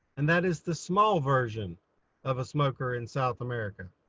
and that is the small version of a smoker in south america.